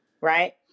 right